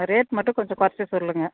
rate மட்டும் கொஞ்சம் குறச்சி சொல்லுங்கள்